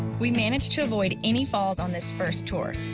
we managed to avoid any falls on this first tour.